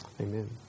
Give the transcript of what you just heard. Amen